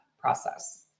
process